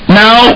now